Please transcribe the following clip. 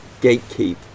gatekeep